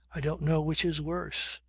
i don't know which is worse.